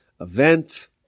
event